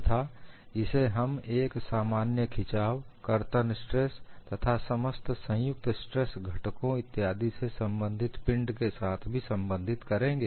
तथा इसे हम एक सामान्य खिंचावकर्तन स्ट्रेस तथा समस्त संयुक्त स्ट्रेस घटकों इत्यादि से संबंधित पिंड के साथ भी संबंधित करेंगे